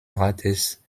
rates